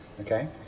Okay